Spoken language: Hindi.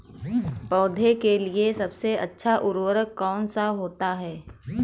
पौधे के लिए सबसे अच्छा उर्वरक कौन सा होता है?